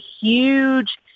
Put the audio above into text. huge